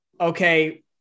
okay